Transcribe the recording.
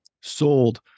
sold